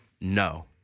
no